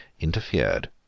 interfered